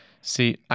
See